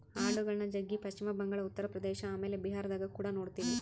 ಆಡುಗಳ್ನ ಜಗ್ಗಿ ಪಶ್ಚಿಮ ಬಂಗಾಳ, ಉತ್ತರ ಪ್ರದೇಶ ಆಮೇಲೆ ಬಿಹಾರದಗ ಕುಡ ನೊಡ್ತಿವಿ